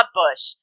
bush